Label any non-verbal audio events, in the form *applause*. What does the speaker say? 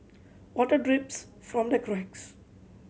*noise* water drips from the cracks